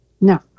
no